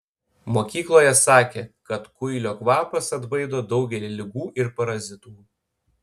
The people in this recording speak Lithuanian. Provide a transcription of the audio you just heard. mokykloje sakė kad kuilio kvapas atbaido daugelį ligų ir parazitų